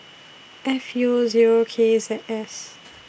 F U Zero K Z S